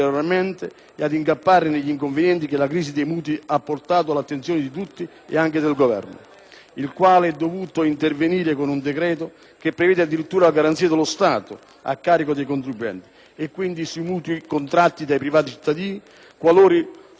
il quale è dovuto intervenire con un decreto che prevede addirittura la garanzia dello Stato, a carico dei contribuenti quindi, su mutui contratti da privati cittadini qualora superino un dato livello (fissato però in modo che le odierne dinamiche dei tassi lo renderanno con ogni probabilità irraggiungibile).